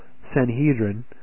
Sanhedrin